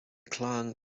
klang